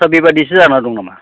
दा बेबादिसो जाना दं नामा